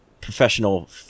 professional